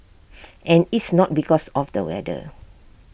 and it's not because of the weather